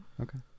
Okay